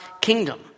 kingdom